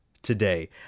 today